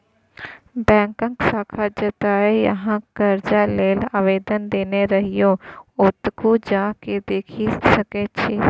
बैकक शाखा जतय अहाँ करजा लेल आवेदन देने रहिये ओतहु जा केँ देखि सकै छी